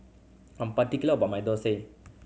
I'm particular about my thosai